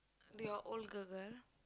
do your old girl girl